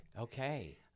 Okay